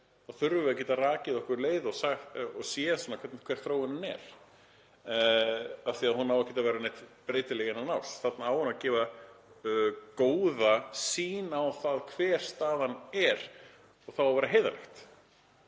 Þá þurfum við að geta rakið okkur leið og séð hver þróunin er af því að hún á ekkert að vera neitt breytileg innan árs. Þarna á hún að gefa góða sýn á það hver staðan er og það á að vera heiðarlegt.